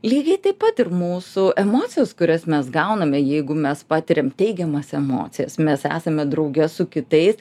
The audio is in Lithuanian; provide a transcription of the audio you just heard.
lygiai taip pat ir mūsų emocijos kurias mes gauname jeigu mes patiriam teigiamas emocijas mes esame drauge su kitais